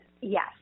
Yes